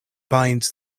binds